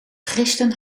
christen